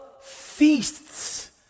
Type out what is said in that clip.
feasts